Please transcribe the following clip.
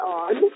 on